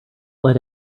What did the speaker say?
let